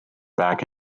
back